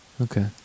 Okay